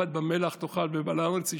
"פת במלח תאכל ועל הארץ תישן"